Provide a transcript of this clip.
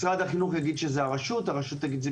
משרד החינוך יגיד שזה הרשות ולהפך.